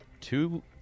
Two